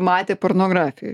matė pornografijoj